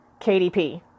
KDP